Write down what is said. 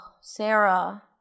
Sarah